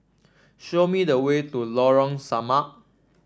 show me the way to Lorong Samak